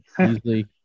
easily